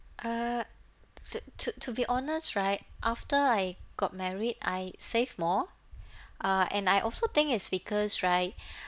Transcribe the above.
uh to to to be honest right after I got married I save more uh and I also think is because right